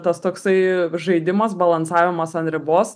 tas toksai žaidimas balansavimas ant ribos